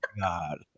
God